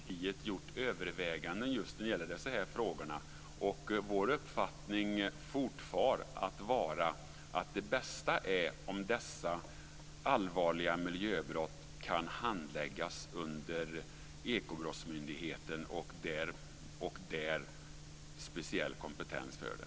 Herr talman! Vi har gjort överväganden i partiet just när det gäller dessa frågor. Vår uppfattning fortfar att vara att det bästa är om dessa allvarliga miljöbrott kan handläggas av Ekobrottsmyndigheten, där det finns speciell kompetens för det.